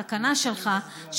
תקנה שלך,